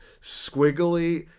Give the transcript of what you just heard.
squiggly